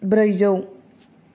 ब्रैजौ